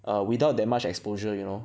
err without that much exposure you know